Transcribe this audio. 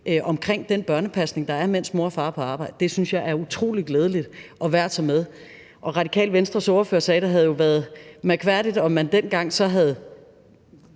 omkring den børnepasning, der er, mens mor og far er på arbejde. Det synes jeg er utrolig glædeligt og værd at tage med. Radikale Venstres ordfører sagde, at det jo havde været mærkværdigt, om man dengang så havde